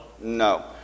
No